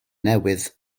newydd